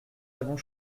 avons